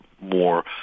more